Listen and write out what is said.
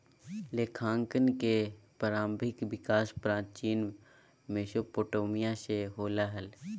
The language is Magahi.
लेखांकन के प्रारंभिक विकास प्राचीन मेसोपोटामिया से होलय हल